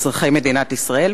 אזרחי מדינת ישראל,